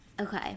okay